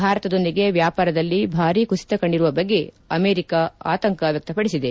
ಭಾರತದೊಂದಿಗೆ ವ್ಯಾಪಾರದಲ್ಲಿ ಭಾರಿ ಕುಸಿತ ಕಂಡಿರುವ ಬಗ್ಗೆ ಅಮೆರಿಕಾ ಅತಂಕ ವ್ಯಕ್ತಪಡಿಸಿದೆ